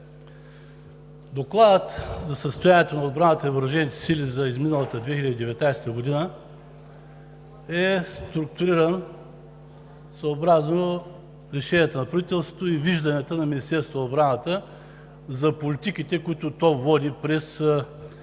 Докладът за състоянието на отбраната и въоръжените сили за изминалата 2019 г. е структуриран съобразно решенията на правителството и вижданията на Министерството на отбраната за политиките, които то води през